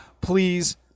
Please